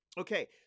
Okay